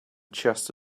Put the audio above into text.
chest